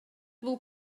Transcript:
бул